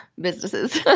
businesses